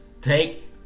take